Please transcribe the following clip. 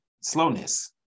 slowness